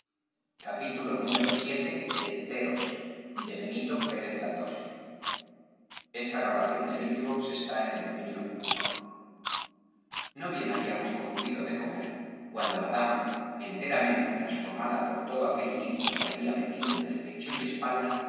vii no bien habíamos concluido de comer cuando la dama enteramente transformada por todo aquel líquido que había metido entre pecho y espalda